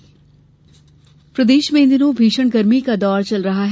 मौसम प्रदेश में इन दिनों भीषण गर्मी का दौर चल रहा है